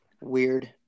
Weird